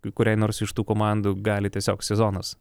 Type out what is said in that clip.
kai kuriai nors iš tų komandų gali tiesiog sezonas